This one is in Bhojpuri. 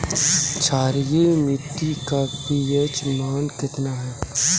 क्षारीय मीट्टी का पी.एच मान कितना ह?